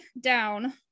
down